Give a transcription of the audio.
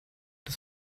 das